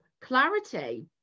clarity